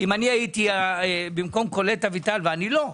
אם אני הייתי במקום קולט אביטל, ואני לא,